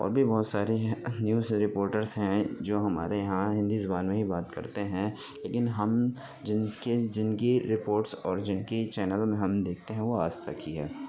اور بھی بہت سارے نیوز رپورٹرس ہیں جو ہمارے یہاں ہندی زبان میں ہی بات کرتے ہیں لیکن ہم جن جن کی رپورٹس اور جن کی چینل میں ہم دیکھتے ہیں وہ آج تک ہی ہے